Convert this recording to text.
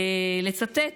לצטט